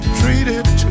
treated